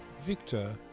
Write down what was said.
Victor